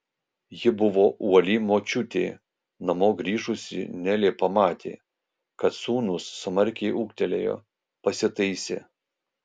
ji buvo uoli močiutė namo grįžusi nelė pamatė kad sūnus smarkiai ūgtelėjo pasitaisė